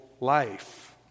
life